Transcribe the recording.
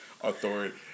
authority